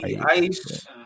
Ice